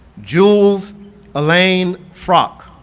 jules alaine frock